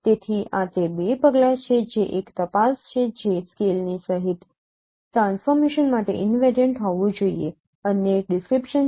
તેથી આ તે બે પગલા છે જે એક તપાસ છે જે સ્કેલની સહિત ટ્રાન્સફોર્મેશન માટે ઈનવેરિયન્ટ હોવું જોઈએ અન્ય એક ડિસ્ક્રિપ્શન છે